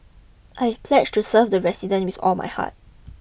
I've pledged to serve the residents with all my heart